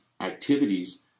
activities